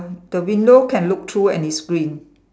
the window can look through and it's green